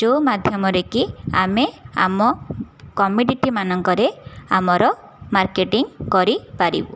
ଯେଉଁ ମାଧ୍ୟମରେକି ଆମେ ଆମ କମ୍ୟୁନିଟିମାନଙ୍କରେ ଆମର ମାର୍କେଟିଂ କରିପାରିବୁ